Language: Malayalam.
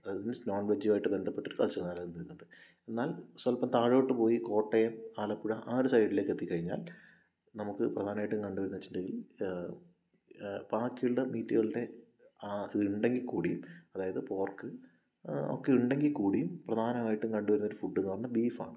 നോൺ വെജുമായിട്ട് ബന്ധപ്പെട്ടിട്ടുള്ള കൾച്ചർ നിലനിന്നുവരുന്നുണ്ട് എന്നാൽ സ്വൽപ്പം താഴേക്ക് പോയി കോട്ടയം ആലപ്പുഴ ആ ഒരു സൈഡിലേക്ക് എത്തിക്കഴിഞ്ഞാൽ നമുക്ക് പ്രധാനമായിട്ടും കണ്ടുവരുന്നതെന്ന് വെച്ചിട്ടുണ്ടെങ്കിൽ ബാക്കിയുള്ള മീറ്റുകളുടെ ആ ഇത് ഉണ്ടെങ്കില്കൂടിയും അതായത് പോർക്ക് ഒക്കെ ഉണ്ടെങ്കിൽകൂടിയും പ്രധാനമായിട്ടും കണ്ടുവരുന്നൊരു ഫുഡ് എന്നുപറഞ്ഞാല് ബീഫാണ്